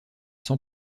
sans